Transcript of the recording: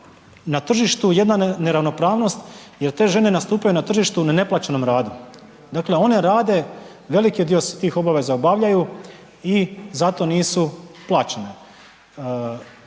na tržištu jedna neravnopravnost jer te žene nastupaju na tržištu na neplaćenom radu, dakle one rade, veliki dio tih obaveza obavljaju i za to nisu plaćene.